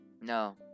No